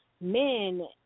men